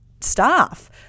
staff